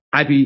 IP